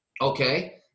Okay